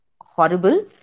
horrible